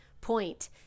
point